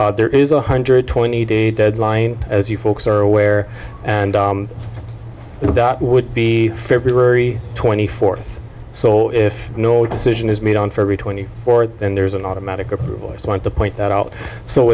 curly there is one hundred twenty day deadline as you folks are aware and that would be feb twenty fourth so if no decision is made on for every twenty four then there's an automatic approval so at the point that out so